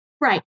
Right